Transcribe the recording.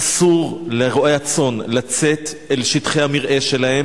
אסור לרועי-הצאן לצאת אל שטחי המרעה שלהם.